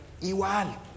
igual